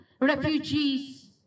refugees